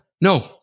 No